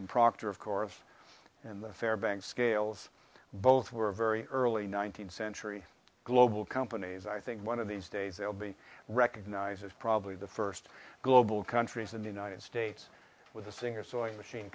and proctor of course and the fair bank scales both were very early nineteenth century global companies i think one of these days they'll be recognized as probably the first global countries in the united states with a singer sewing machine